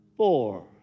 Four